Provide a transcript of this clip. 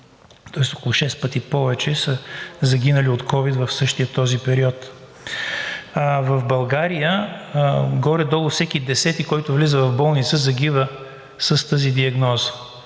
Тоест около шест пъти повече са загинали от ковид в същия този период. В България горе-долу всеки десети, който влиза в болница, загива с тази диагноза.